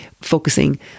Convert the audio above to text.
focusing